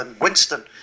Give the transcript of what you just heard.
Winston